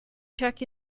check